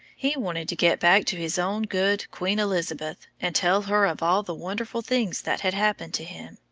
he wanted to get back to his own good queen elizabeth and tell her of all the wonderful things that had happened to him.